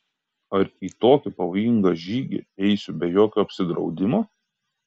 ar į tokį pavojingą žygį eisiu be jokio apsidraudimo